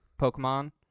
Pokemon